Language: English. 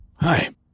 Hi